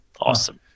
awesome